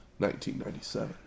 1997